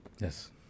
Yes